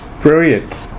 Brilliant